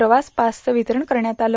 प्रवास पासचं वितरण करण्यात आलं